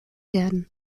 werden